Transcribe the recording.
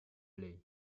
play